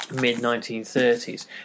mid-1930s